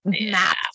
Map